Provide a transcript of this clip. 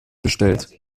bestellt